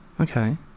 Okay